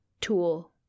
tool